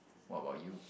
what about you